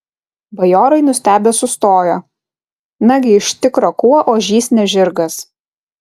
bajorai nustebę sustojo nagi iš tikro kuo ožys ne žirgas